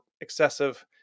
excessive